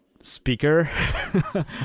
speaker